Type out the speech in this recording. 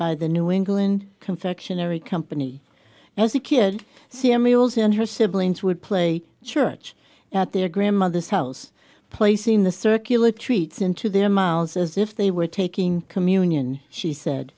by the new england confectionary company as a kid cereals and her siblings would play church at their grandmother's house placing the circular treats into their miles as if they were taking communion she said